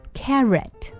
carrot